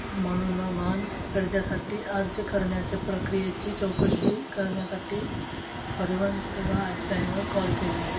म्हणून वाहन गरजेसाठी अर्ज करण्याचे प्रक्रियेची चौकशी करण्यासाठी परिवहन सेवा ॲपलायवर कॉल केलं आहे